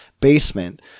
basement